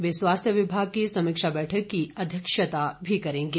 वे स्वास्थ्य विभाग की समीक्षा बैठक की अध्यक्षता भी करेंगे